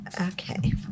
Okay